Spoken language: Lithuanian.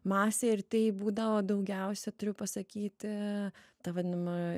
masė ir tai būdavo daugiausia turiu pasakyti ta vadinama